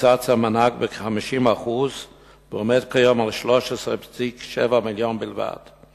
קוצץ המענק בכ-50% והוא עומד כיום על 13.7 מיליון שקלים בלבד.